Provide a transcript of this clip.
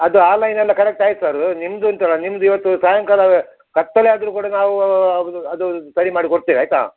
ಅದು ಆ ಲೈನ್ ಎಲ್ಲ ಕನೆಕ್ಟ್ ಆಯ್ತು ಸರ್ ನಿಮ್ದು ಉಂಟಲ್ಲ ನಿಮ್ದು ಇವತ್ತು ಸಾಯಂಕಾಲ ಕತ್ತಲೆ ಆದರೂ ಕೂಡ ನಾವೂ ಅದು ಸರಿ ಮಾಡಿ ಕೊಡ್ತೇವೆ ಆಯಿತಾ